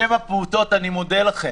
בשם הפעוטות אני מודה לכם.